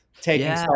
taking